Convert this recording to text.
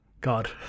God